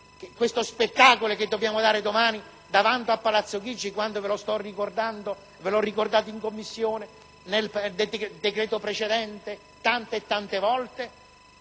questo spettacolo che dobbiamo dare domani davanti a Palazzo Chigi quando ve l'ho ricordato in Commissione, nel decreto precedente e tante e tante volte?